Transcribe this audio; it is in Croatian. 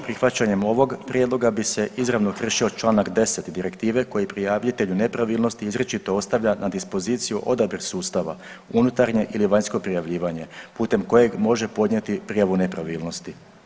Prihvaćanjem ovog prijedloga bi se izravno kršio čl. 10 direktive koji prijavitelju nepravilnosti izričito ostavlja na dispoziciju odabir sustava unutarnje ili vanjsko prijavljivanje putem kojeg mora podnijeti prijavu nepravilnosti.